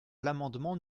l’amendement